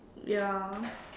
ya